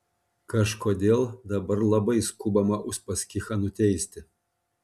kažkodėl dabar labai skubama uspaskichą nuteisti